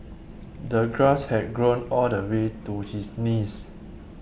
the grass had grown all the way to his knees